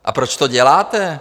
A proč to děláte?